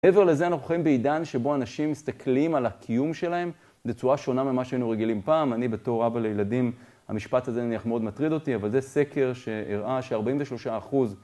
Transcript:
מעבר לזה אנחנו רואים בעידן שבו אנשים מסתכלים על הקיום שלהם בצורה שונה ממה שהיינו רגילים פעם. אני בתור אבא לילדים, המשפט הזה נניח מאוד מטריד אותי, אבל זה סקר שהראה ש-43%